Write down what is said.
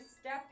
step